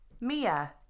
Mia